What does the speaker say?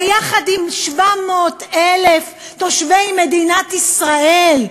יחד עם 700,000 תושבי מדינת ישראל,